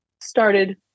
started